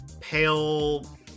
pale